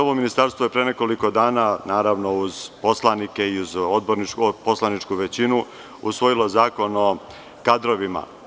Ovo Ministarstvo je pre nekoliko dana, uz poslanike i uz poslaničku većinu, usvojilo Zakon o kadrovima.